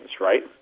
right